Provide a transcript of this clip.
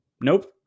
Nope